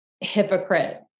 hypocrite